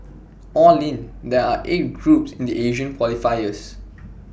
all in there are eight groups in the Asian qualifiers